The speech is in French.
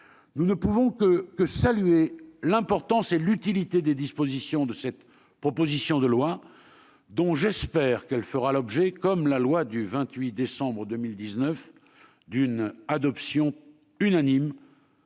Nous ne pouvons que saluer l'importance et l'utilité des dispositions de cette proposition de loi, dont j'espère qu'elle fera l'objet, comme la loi du 28 décembre 2019, d'une adoption unanime